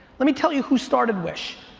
let me tell you who started wish.